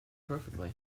perfectly